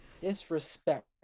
Disrespect